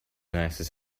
nicest